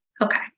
Okay